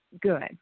good